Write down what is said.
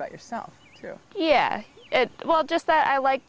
about yourself through yeah well just that i like